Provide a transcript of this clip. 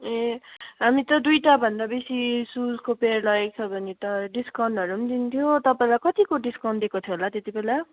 ए हामी त दुइटाभन्दा बेसी सुजको पेयर लगेको छ भने त डिस्काउन्टहरू पनि दिन्थ्यो तपाईँलाई कतिको डिस्काउन्ट दिएको थियो होला त्यति बेला